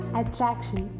attraction